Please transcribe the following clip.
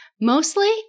Mostly